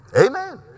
Amen